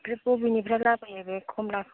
बबेनिफ्राय लाबोयो बे कमलाखौ